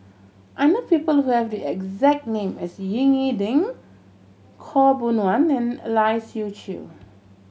I know people who have the exact name as Ying E Ding Khaw Boon Wan and a Lai Siu Chiu